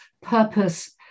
purpose